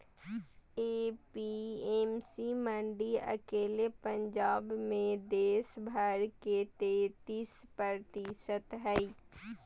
APMC मंडी अकेले पंजाब मे देश भर के तेतीस प्रतिशत हई